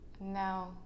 No